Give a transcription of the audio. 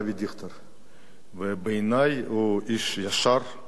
ובעיני הוא איש ישר, הגון,